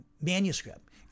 manuscript